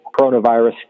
coronavirus